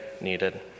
needed